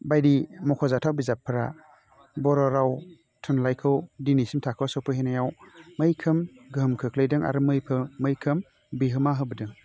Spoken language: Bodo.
बायदि मख'जाथाव बिजाफ्रा बर' राव थुनलाइखौ दिनैसिम थाखोआव सौफैहोनायाव मैखोम गोहोम खोख्लैदों आरो मौखोम मैखोम बिहोमा होबोदों